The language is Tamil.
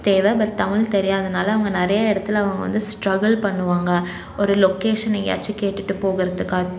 தேவை பட் தமிழ் தெரியாதனால் அவங்க நிறையா இடத்தில் அவங்க வந்து ஸ்ட்ரகில் பண்ணுவாங்க ஒரு லொக்கேஷன் எங்கேயாச்சும் கேட்டுட்டு போகிறதுக்கு